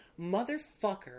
motherfucker